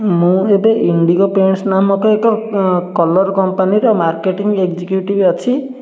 ମୁଁ ଏବେ indigo paints ନାମକ ଏକ କଲର୍ କମ୍ପାନୀର ମାର୍କେଟିଙ୍ଗ୍ ଏକ୍ଜିକ୍ୟୁଟିବ ଅଛି